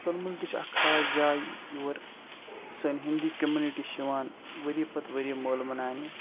تُلمُل تہِ چھِ اکھ خاص جاے یور سٲنۍ ہِندی کمنِٹی چھِ یِوان ؤری پتہٕ ؤری مٲلہٕ مناونہِ